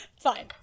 Fine